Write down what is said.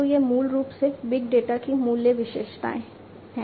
तो यह मूल रूप से बिग डेटा की मूल्य विशेषता है